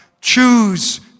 Choose